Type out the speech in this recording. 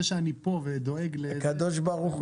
זה שאני כאן ודואג, זה משמים.